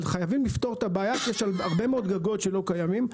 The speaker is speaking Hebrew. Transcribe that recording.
אבל חייבים לפתור את הבעיה כי יש הרבה מאוד גגות שלא קיימים.